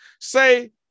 Say